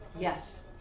Yes